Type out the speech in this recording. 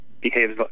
behaves